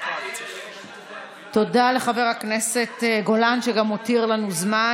תודה לחבר הכנסת גולן, שגם הותיר לנו זמן.